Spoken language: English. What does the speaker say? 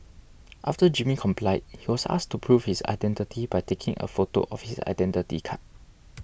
after Jimmy complied he was asked to prove his identity by taking a photo of his Identity Card